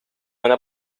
una